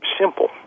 simple